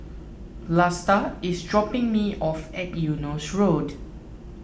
Vlasta is dropping me off at Eunos Road